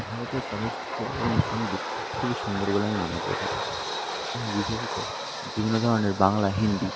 ভারতীয় চলচ্চিত্র এবং সঙ্গীত খুবই সুন্দর বলে আমি মনে করে থাকি আমি বিশেষত বিভিন্ন ধরনের বাংলা হিন্দি